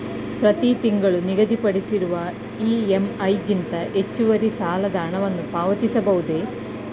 ಪ್ರತಿ ತಿಂಗಳು ನಿಗದಿಪಡಿಸಿರುವ ಇ.ಎಂ.ಐ ಗಿಂತ ಹೆಚ್ಚುವರಿ ಸಾಲದ ಹಣವನ್ನು ಪಾವತಿಸಬಹುದೇ?